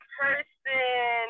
person